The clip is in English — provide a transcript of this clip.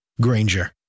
Granger